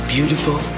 Beautiful